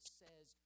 says